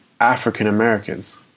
African-Americans